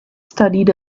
studied